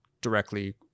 directly